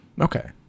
Okay